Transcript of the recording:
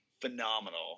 phenomenal